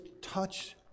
touch